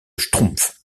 schtroumpf